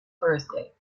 birthday